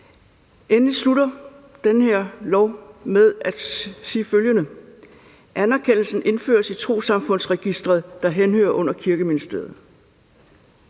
Endelig slutter den her lov med følgende: »Anerkendelsen indføres i Trossamfundsregistret, der henhører under Kirkeministeriet.«